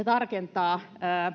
tarkentaa